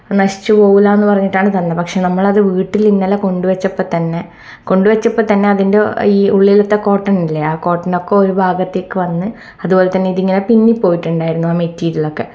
നശിച്ചു പോകില്ലയെന്നു പറഞ്ഞിട്ടാണ് തന്നത് പക്ഷെ നമ്മളത് വീട്ടിൽ ഇന്നലെ കൊണ്ടു വെച്ചപ്പം തന്നെ കൊണ്ട് വെച്ചപ്പം തന്നെ അതിൻ്റെ ഈ ഉള്ളിലത്തെ കോട്ടൺ ഇല്ലേ ആ കോട്ടനൊക്കെ ഒരു ഭാഗത്തേക്ക് വന്ന് അതുപോലെ തന്നെ ഇതിങ്ങനെ പിഞ്ഞി പോയിട്ടുണ്ടായിരുന്നു ആ മെറ്റിരിയലൊക്കെ